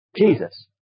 Jesus